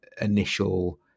initial